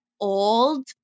old